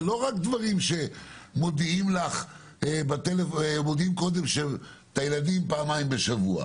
אלה לא רק הדברים שמודיעים לך בטלפון על הילדים פעמיים בשבוע.